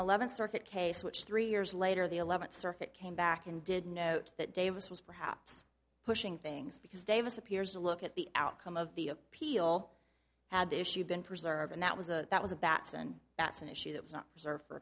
eleventh circuit case which three years later the eleventh circuit came back and did note that davis was perhaps pushing things because davis appears to look at the outcome of the appeal had the issue been preserved and that was a that was a batson that's an issue that was not